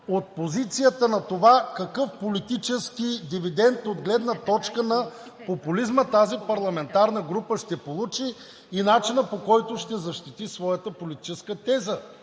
от позицията на това какъв политически дивидент от гледна точка на популизма тази парламентарна група ще получи и начина, по който ще защити своята политическа теза